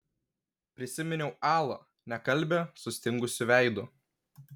prisiminiau alą nekalbią sustingusiu veidu